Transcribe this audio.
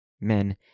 Men